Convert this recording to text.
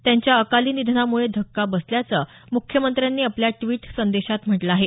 त्यांच्या अकाली निधनामुळं धक्का बसल्याचं मुख्यमंत्र्यांनी आपल्या ड्वीट संदेशात म्हटलं आहे